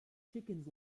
chickens